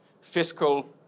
fiscal